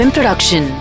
Production